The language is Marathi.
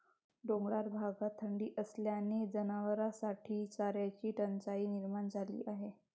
डोंगराळ भागात थंडी असल्याने जनावरांसाठी चाऱ्याची टंचाई निर्माण झाली आहे